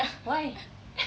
why